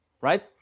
right